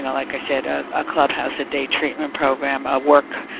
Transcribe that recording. like i said, ah a clubhouse, a day treatment program, a work,